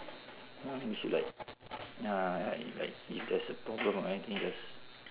now then she like ya like like if there's a problem or anything just